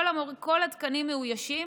כל התקנים מאוישים,